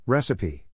Recipe